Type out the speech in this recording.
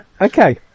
Okay